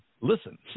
listen